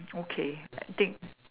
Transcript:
okay I think